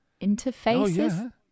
interfaces